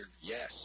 Yes